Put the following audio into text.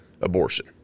abortion